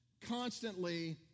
constantly